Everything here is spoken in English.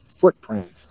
footprints